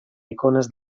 icones